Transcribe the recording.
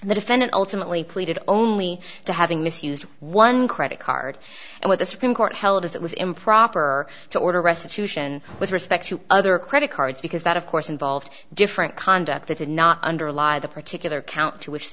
and the defendant ultimately pleaded only to having misused one credit card and what the supreme court held is it was improper to order restitution with respect to other credit cards because that of course involved different conduct that did not underlie the particular count to which the